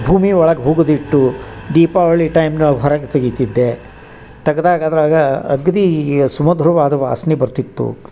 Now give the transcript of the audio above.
ಭೂಮಿ ಒಳಗೆ ಹುಗುದಿಟ್ಟು ದೀಪಾವಳಿ ಟೈಮ್ನೊಳಗ ಹೊರಗೆ ತೆಗಿತಿದ್ದೆ ತೆಗ್ದಾಗ ಅದ್ರಾಗ ಅಗ್ದೀ ಸುಮಧುರವಾದ ವಾಸನೆ ಬರ್ತಿತ್ತು